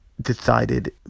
decided